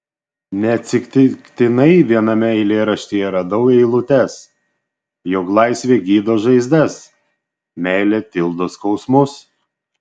neatsitiktinai viename eilėraštyje radau eilutes jog laisvė gydo žaizdas meilė tildo skausmus